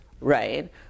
right